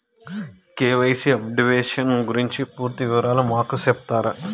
KYC updation గురించి పూర్తి వివరాలు మాకు సెప్తారా?